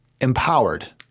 empowered